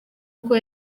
uko